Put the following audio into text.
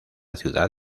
ciudad